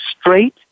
straight